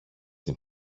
την